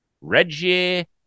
Reggie